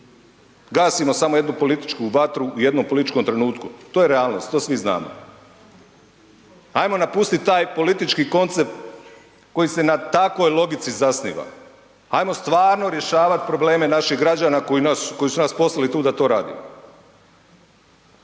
Gasimo samo jednu političku vatru u jednom političkom trenutku, to je realnost, to svi znamo. Ajmo napustiti taj politički koncept koji se na takvoj logici zasniva. Ajmo stvarno rješavati probleme naših građana koji su nas poslali tu da to radimo.